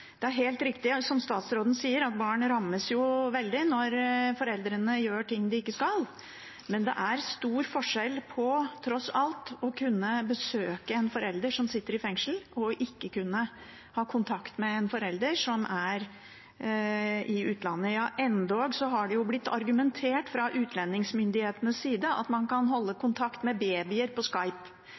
Det er helt riktig som statsråden sier, at barn rammes veldig når foreldrene gjør noe de ikke skal, men det er tross alt stor forskjell på å kunne besøke en forelder som sitter i fengsel, og ikke å kunne ha kontakt med en forelder som er i utlandet. Ja, endog har det blitt argumentert med fra utlendingsmyndighetenes side at man kan holde kontakt med babyer på